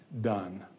done